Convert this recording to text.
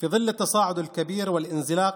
להלן תרגומם: